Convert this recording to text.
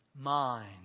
Mind